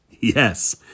Yes